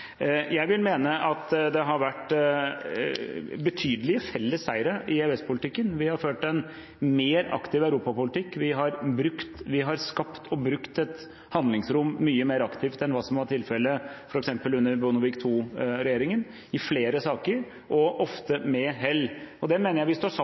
Jeg vil mene at det har vært betydelige felles seiere i EØS-politikken. Vi har ført en mer aktiv europapolitikk. Vi har skapt og brukt et handlingsrom mye mer aktivt i flere saker – ofte med hell – enn hva som var tilfellet f.eks. under Bondevik II-regjeringen. Det mener jeg vi står sammen